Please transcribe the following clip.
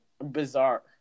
bizarre